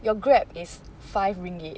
your Grab is five ringgit